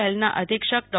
એલના અધિક્ષક ડો